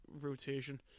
rotation